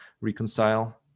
reconcile